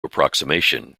approximation